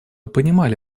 понимали